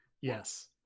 Yes